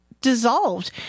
dissolved